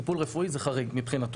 טיפול רפואי זה חריג מבחינתו,